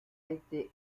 été